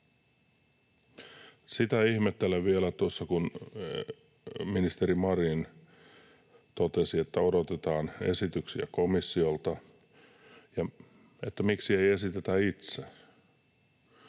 Sitä ihmettelin vielä, kun ministeri Marin totesi, että odotetaan esityksiä komissiolta, että miksi ei esitetä itse.